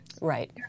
Right